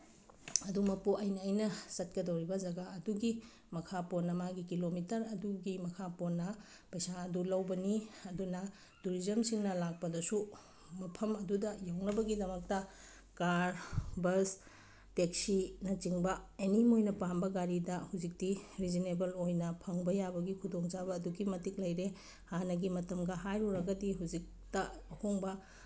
ꯑꯗꯨꯃꯛꯄꯨ ꯑꯩꯅ ꯑꯩꯅ ꯆꯠꯀꯗꯧꯔꯤꯕ ꯖꯒꯥ ꯑꯗꯨꯒꯤ ꯃꯈꯥ ꯄꯣꯟꯅ ꯃꯥꯒꯤ ꯀꯤꯂꯣꯃꯤꯇꯔ ꯑꯗꯨꯒꯤ ꯃꯈꯥ ꯄꯣꯟꯅ ꯄꯩꯁꯥ ꯑꯗꯨ ꯂꯧꯕꯅꯤ ꯑꯗꯨꯅ ꯇꯨꯔꯤꯖꯝꯁꯤꯡꯅ ꯂꯥꯛꯄꯗꯁꯨ ꯃꯐꯝ ꯑꯗꯨꯗ ꯌꯧꯅꯕꯒꯤꯗꯃꯛꯇ ꯀꯥꯔ ꯕꯁ ꯇꯦꯛꯁꯤꯅꯆꯤꯡꯕ ꯑꯦꯅꯤ ꯃꯣꯏꯅ ꯄꯥꯝꯕ ꯒꯥꯔꯤꯗ ꯍꯧꯖꯤꯛꯇꯤ ꯔꯤꯖꯅꯦꯕꯜ ꯑꯣꯏꯅ ꯐꯪꯕ ꯌꯥꯕꯒꯤ ꯈꯨꯗꯣꯡꯆꯥꯕ ꯑꯗꯨꯛꯀꯤ ꯃꯇꯤꯛ ꯂꯩꯔꯦ ꯍꯥꯟꯅꯒꯤ ꯃꯇꯝꯒ ꯍꯥꯏꯔꯨꯔꯒꯗꯤ ꯍꯧꯖꯤꯛꯇ ꯑꯍꯣꯡꯕ